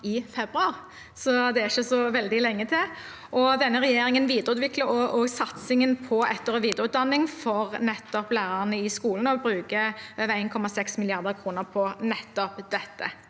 i februar. Det er ikke så veldig lenge til. Denne regjeringen videreutvikler også satsingen på etter- og videreutdanning for nettopp lærerne i skolen, og bruker over 1,6 mrd. kr på nettopp dette.